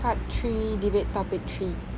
part three debate topic three